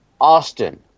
Austin